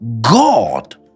God